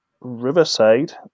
Riverside